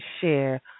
share